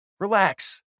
Relax